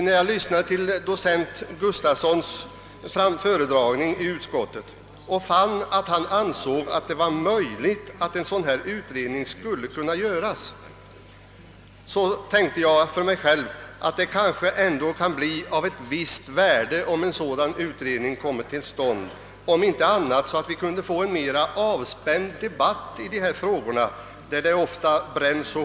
När jag lyssnade till docent Berndt Gustafssons föredragning i utskottet och fann att han ansåg det vara möjligt att utföra en sådan här utredning, tänkte jag för mig själv att det kanske ändå kan bli av ett visst värde om utredningen kommer till stånd. Vi kunde, om inte annat, få en mera avspänd debatt i dessa frågor som ofta är så brännande.